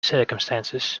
circumstances